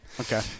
Okay